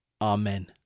Amen